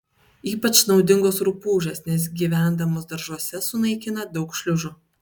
ypač naudingos rupūžės nes gyvendamos daržuose sunaikina daug šliužų